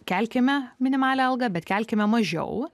kelkime minimalią algą bet kelkime mažiau